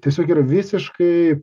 tiesiog yra visiškai